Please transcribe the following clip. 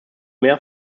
mehr